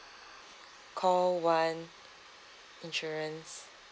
call one insurance